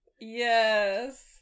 Yes